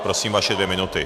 Prosím, vaše dvě minuty.